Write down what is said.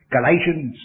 Galatians